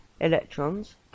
electrons